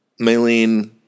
Maylene